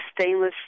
stainless